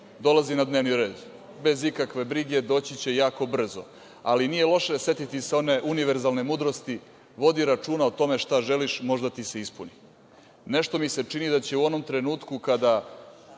dolazi na dnevni red. Bez ikakve brige, doći će jako brzo. Ali, nije loše setiti se one univerzalne mudrosti – vodi računa o tome šta želiš, možda ti se ispuni. Nešto mi se čini da će u onom trenutku kada